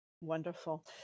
Wonderful